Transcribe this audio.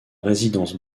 résidence